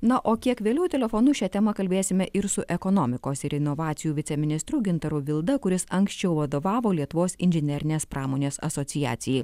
na o kiek vėliau telefonu šia tema kalbėsime ir su ekonomikos ir inovacijų viceministru gintaru vilda kuris anksčiau vadovavo lietuvos inžinerinės pramonės asociacijai